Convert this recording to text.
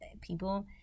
People